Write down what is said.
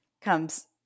Comes